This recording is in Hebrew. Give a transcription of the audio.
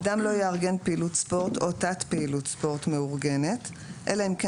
אדם לא יארגן פעילות ספורט או תת פעילות ספורט מאורגנת אלא אם כן